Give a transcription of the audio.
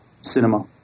cinema